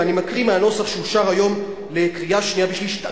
ואני מקריא מהנוסח שאושר היום לקריאה שנייה ושלישית,